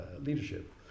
leadership